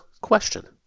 question